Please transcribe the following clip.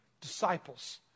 disciples